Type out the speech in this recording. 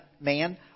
man